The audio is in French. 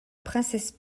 princesse